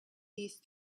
these